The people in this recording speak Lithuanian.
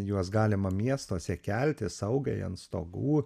juos galima miestuose kelti saugiai ant stogų